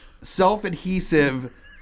self-adhesive